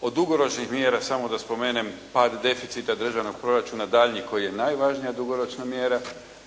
Od dugoročnih mjera samo da spomenem pad deficita državnog proračuna daljnjih koji je najvažnija dugoročna mjera.